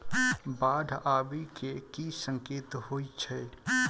बाढ़ आबै केँ की संकेत होइ छै?